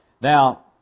Now